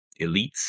elites